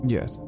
Yes